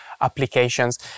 applications